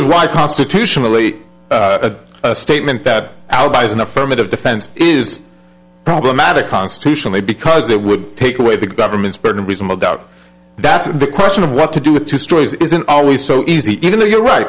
is why constitutionally a statement that alibi is an affirmative defense is problematic constitutionally because it would take away the government's burden reasonable doubt that's the question of what to do with two stories isn't always so easy even though you're right